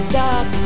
Stop